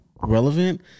relevant